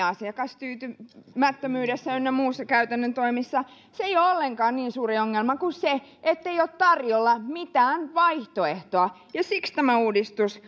asiakastyytymättömyydessä ynnä muissa käytännön toimissa ei ole ollenkaan niin suuri ongelma kuin se ettei ole tarjolla mitään vaihtoehtoa ja siksi tämä uudistus